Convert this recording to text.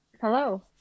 Hello